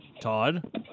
Todd